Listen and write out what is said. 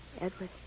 Edward